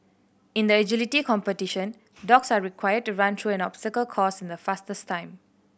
in the agility competition dogs are required to run through an obstacle course in the fastest time